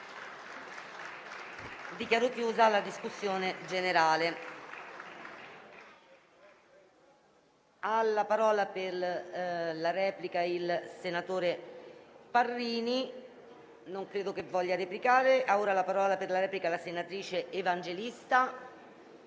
Dichiaro chiusa la discussione generale.